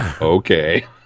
Okay